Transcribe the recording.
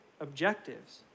objectives